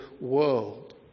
world